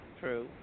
True